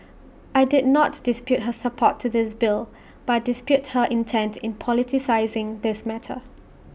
I did not dispute her support to this bill but dispute her intent in politicising this matter